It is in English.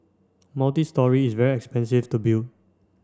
multistory is very expensive to build